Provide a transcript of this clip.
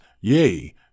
yea